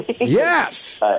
Yes